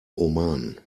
oman